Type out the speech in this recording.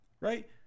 right